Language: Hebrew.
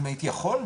אם הייתי יכול?